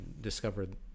discovered